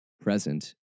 present